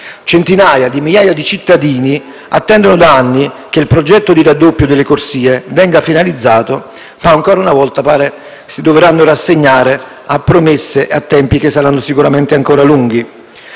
Centinaia di migliaia di cittadini attendono da anni che il progetto di raddoppio delle corsie venga finalizzato, ma ancora una volta pare si dovranno rassegnare a promesse e a tempi sicuramente ancora lunghi.